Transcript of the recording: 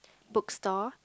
book store